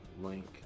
link